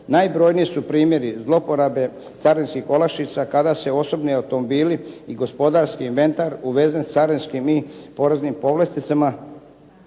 Najbrojniji su primjeri zlouporabe carinskih olakšica kada se osobni automobili i gospodarski inventar uvezen s carinskim i poreznim povlasticama